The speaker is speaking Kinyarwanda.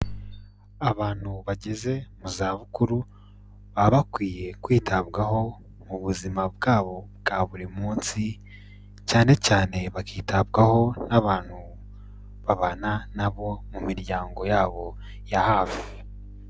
Abantu bageze mu zabukuru baba bakwiye kwitabwaho mu buzima bwabo bwa buri munsi cyane cyane bakitabwaho n'abantu babana na bo mu miryango yabo ya hafi.